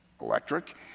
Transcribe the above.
electric